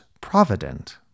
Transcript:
provident